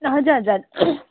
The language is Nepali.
हजुर हजुर